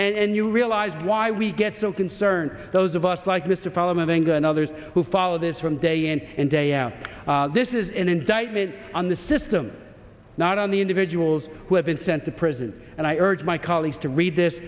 and you realize why we get so concerned those of us like this the problem of anger and others who follow this from day in and day out this is an indictment on the system not on the individuals who have been sent to prison and i urge my colleagues to read this